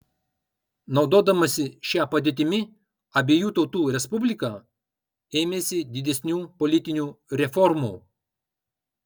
naudodamasi šia padėtimi abiejų tautų respublika ėmėsi didesnių politinių reformų